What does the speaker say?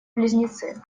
близнецы